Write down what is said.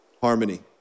Harmony